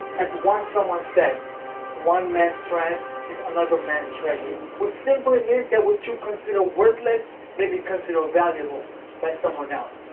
as once someone said one man's trash is another man's treasure which simply means that what you consider worthless may be considered valuable by someone else.